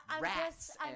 rats